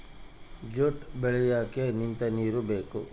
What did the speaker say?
jute ಬೆಳಿಯಕ್ಕೆ ನಿಂತ ನೀರು ಬೇಕು